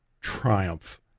triumph